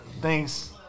Thanks